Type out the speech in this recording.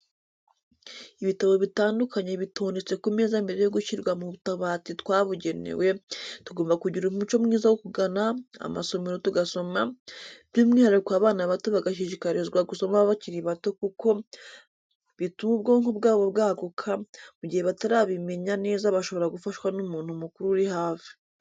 Ibitabo bitandukanye bitondetse ku meza mbere yo gushyirwa mu tubati twabugenewe, tugomba kugira umuco mwiza wo kugana amasomero tugasoma, by'umwihariko abana bato bagashishikarizwa gusoma bakiri bato kuko bituma ubwonko bwabo bwaguka, mu gihe batarabimenya neza bashobora gufashwa n'umuntu mukuru uri hafi.